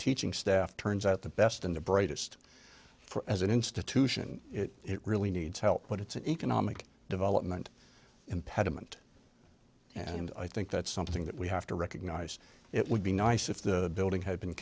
teaching staff turns out the best and the brightest as an institution it really needs help but it's an economic development impediment and i think that's something that we have to recognize it would be nice if the building had been